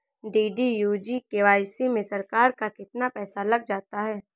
DDU GKY में सरकार का कितना पैसा लग जाता है?